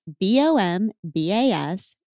B-O-M-B-A-S